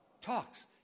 Talks